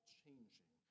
changing